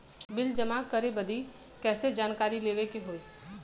Bill जमा करे बदी कैसे जानकारी लेवे के होई?